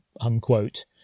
unquote